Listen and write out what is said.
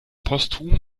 postum